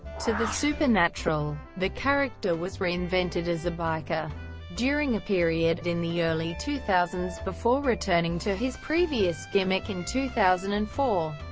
to the supernatural. the character was reinvented as a biker during a period in the early two thousand s before returning to his previous gimmick in two thousand and four.